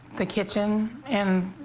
the kitchen, am.